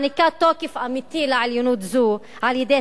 מעניק תוקף אמיתי לעליונות זו על-ידי